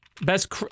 Best